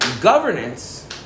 governance